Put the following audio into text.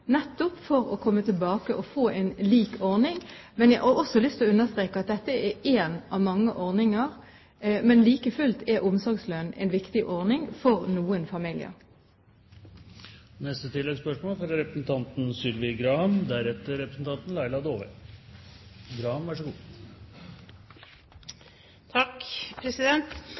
nettopp for å komme tilbake og få en lik ordning. Jeg har lyst til å understreke at dette er en av mange ordninger, men like fullt er omsorgslønn en viktig ordning for noen familier.